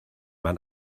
man